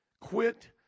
Quit